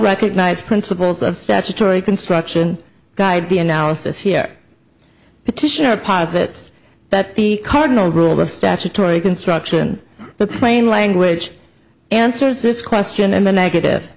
recognize principles of statutory construction guide the analysis here petitioner posits that the cardinal rule of statutory construction the plain language answers this question in the negative